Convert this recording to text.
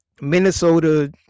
Minnesota